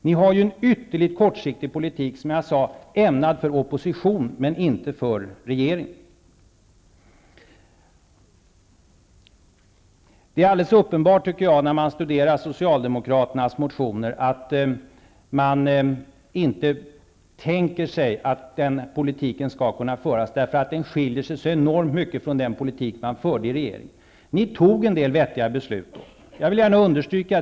Ni har en ytterligt kortsiktig politik, som är ämnad -- som jag sade -- för opposition men inte för regerande. När man studerar Socialdemokraternas motioner, finner man att det är alldeles uppenbart att de inte tänker sig att deras politik skall kunna föras. Den skiljer sig nämligen enormt mycket från den politik som de förde i regeringsställning. Ni fattade en del vettiga beslut -- det vill jag gärna understryka.